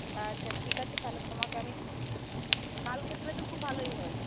আচ্ছা ঠিক আছে তাহলে তোমাকে আমি কালকে দিলে তো খুব ভালোই হয়